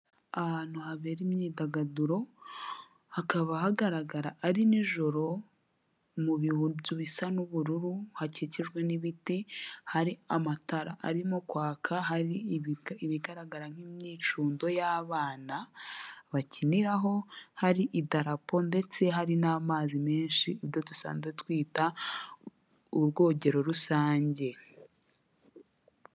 Ahantu habera imyidagaduro hakaba hagaragara ari nijoro mu bihuru bisa n'ubururu, hakikijwe n'ibiti hari amatara arimo kwaka, hari ibigaragara nk'imyicundo y'abana bakiniraho, hari idarapo ndetse hari n'amazi menshi ibyo dusanzwe twita urwogero rusange.